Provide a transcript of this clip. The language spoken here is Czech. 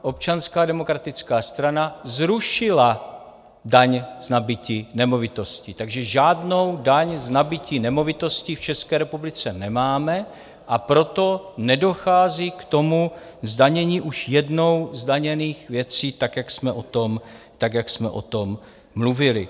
Občanská demokratická strana zrušila daň z nabytí nemovitosti, takže žádnou daň z nabytí nemovitosti v České republice nemáme, a proto nedochází k zdanění už jednou zdaněných věcí tak, jak jsme o tom mluvili.